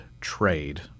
trade